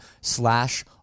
slash